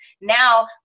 now